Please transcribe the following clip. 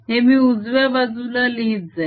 हे मी उजव्या बाजूला लिहित जाईन